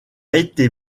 été